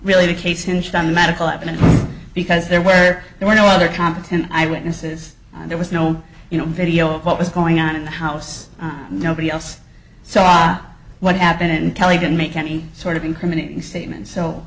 really the case hinged on the medical evidence because there were there were no other competent eyewitnesses there was no video of what was going on in the house nobody else saw what happened and kelly didn't make any sort of incriminating statement so